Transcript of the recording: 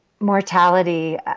mortality